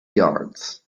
yards